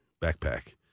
backpack